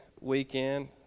weekend